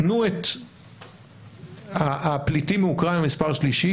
תנו את הפליטים מאוקראינה במספר שלישי,